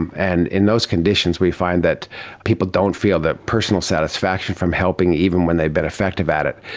and in those conditions we find that people don't feel that personal satisfaction from helping, even when they've been effective at it.